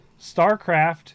Starcraft